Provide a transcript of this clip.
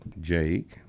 Jake